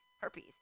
herpes